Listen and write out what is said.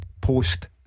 Post